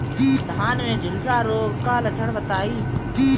धान में झुलसा रोग क लक्षण बताई?